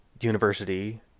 university